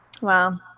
Wow